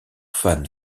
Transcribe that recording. fans